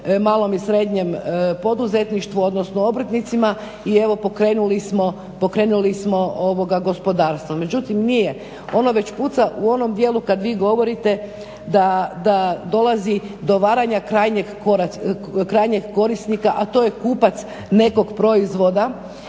malom i srednjem poduzetništvu, odnosno obrtnicima i evo pokrenuli smo gospodarstvo. Međutim nije, ono već puca u onom dijelu kad vi govorite da dolazi do varanja krajnjeg korisnika a to je kupac nekog proizvoda.